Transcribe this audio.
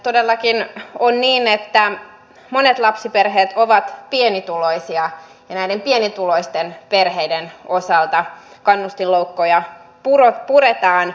todellakin on niin että monet lapsiperheet ovat pienituloisia ja näiden pienituloisten perheiden osalta kannustinloukkuja puretaan